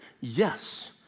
yes